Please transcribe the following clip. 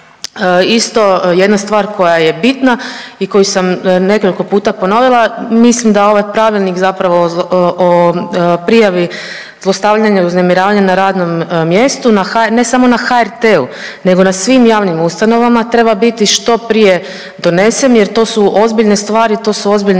isto jedna stvar koja je bitna i koju sam nekoliko puta ponovila, mislim da ovaj pravilnik zapravo o prijavi zlostavljanja i uznemiravanja na javnom mjestu ne samo na HRT-u nego na svim javnim ustanovama treba biti što prije donesen jer to su ozbiljne stvari, to su ozbiljne